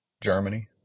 Germany